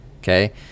Okay